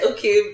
Okay